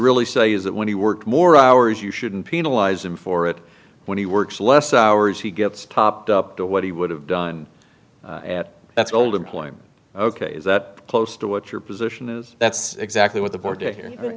really saying is that when he worked more hours you shouldn't penalize him for it when he works less hours he gets topped up to what he would have done at that's old employee ok is that close to what your position is that's exactly what the